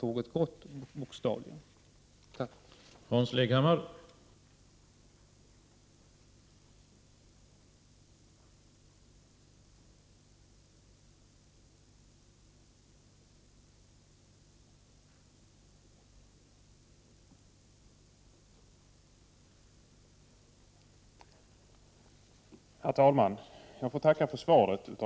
Sedan har tåget bokstavligen gått.